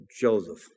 Joseph